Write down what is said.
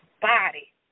body